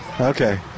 Okay